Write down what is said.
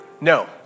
No